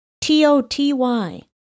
T-O-T-Y